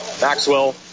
Maxwell